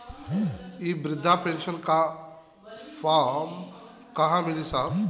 इ बृधा पेनसन का फर्म कहाँ मिली साहब?